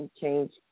change